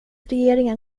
regeringen